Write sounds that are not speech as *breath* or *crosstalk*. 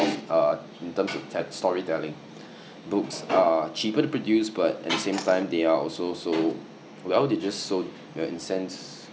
uh in terms of tel~ storytelling *breath* books are cheaper to produce but at the same time they are also so well they just so they are in a sense